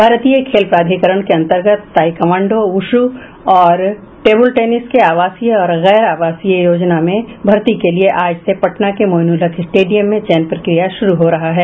भारतीय खेल प्राधिकरण के अंतर्गत ताईक्वांडो वुशु और टेबुल टेनिस के आवासीय और गैर आवासीय योजना में भर्ती के लिए आज से पटना के मोईनुलहक स्टेडियम में चयन प्रक्रिया शुरू हो रहा है